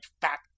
fat